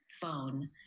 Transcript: phone